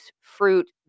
fruit